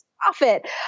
profit